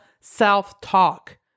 self-talk